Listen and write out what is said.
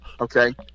Okay